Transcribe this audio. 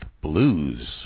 Blues